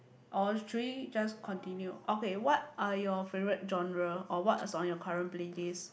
or should we just continue okay what are your favourite genre or what's on your current playlist